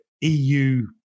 EU